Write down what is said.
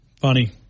Funny